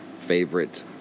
favorite